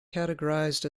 categorized